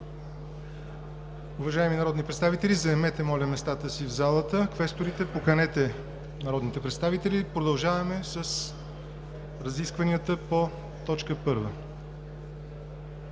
Уважаеми народни представители, моля, заемете местата си в залата. Квесторите, поканете народните представители. Продължаваме с разискванията по т. 1.